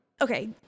Okay